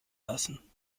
lassen